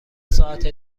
ساعت